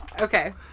Okay